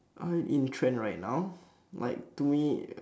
high in trend right now like to me uh